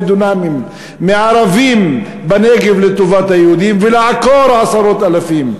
דונמים מערבים בנגב לטובת היהודים ולעקור עשרות-אלפים.